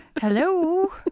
Hello